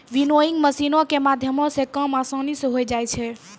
winnowing मशीनो के माध्यमो से काम असानी से होय जाय छै